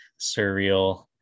surreal